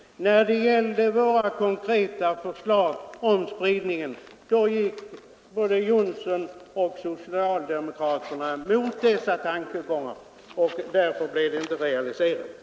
När det gällde våra konkreta förslag om spridningen gick herr Johnsson och socialdemokraterna i övrigt mot dessa tankegångar, och därför blev de inte realiserade.